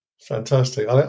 Fantastic